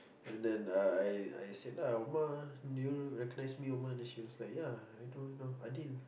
and then uh I I said lah omma do you recognize me omma then she was like ya I do you know Adil